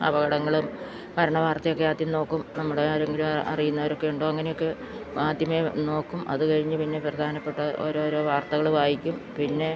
അപകടങ്ങളും മരണ വാർത്തയുമൊക്കെ ആദ്യം നോക്കും നമ്മുടെ ആരെങ്കിലും അറിയുന്നവരൊക്കെയുണ്ടോ അങ്ങനെയൊക്കെ ആദ്യമേ നോക്കും അതുകഴിഞ്ഞ് പിന്നെ പ്രധാനപ്പെട്ട ഓരോരോ വാർത്തകള് വായിക്കും പിന്നെ